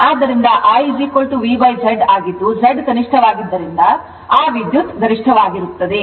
ಆದ್ದರಿಂದ IVZ ಆಗಿದ್ದು Z ಕನಿಷ್ಠವಾಗಿರುವುದರಿಂದ ಆ ವಿದ್ಯುತ್ ಗರಿಷ್ಠವಾಗಿದೆ